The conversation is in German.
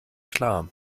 klar